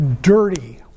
dirty